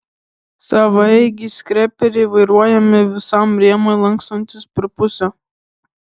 savaeigiai skreperiai vairuojami visam rėmui lankstantis per pusę